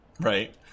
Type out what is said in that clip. Right